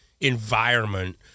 environment